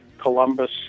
Columbus